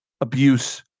abuse